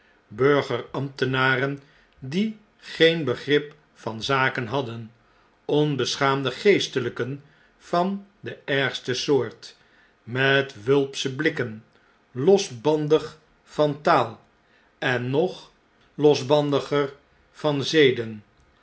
hadden burger ambtenaren die geen begrip van zaken hadden onbeschaamde geesteljjken van de ergste soort met wulpsche blikken losbandig van taal en nog losbandiger van zeden